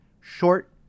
short